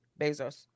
Bezos